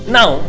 Now